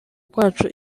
kwacu